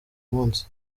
munsi